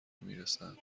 میرسند